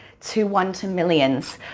to one to millions,